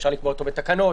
אפשר לקבוע אותו בתקנות,